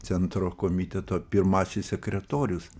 centro komiteto pirmasis sekretorius